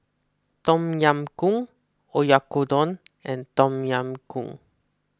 Tom Yam Goong Oyakodon and Tom Yam Goong